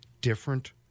different